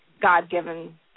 God-given